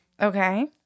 Okay